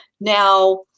Now